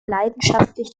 leidenschaftlich